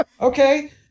Okay